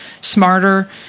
smarter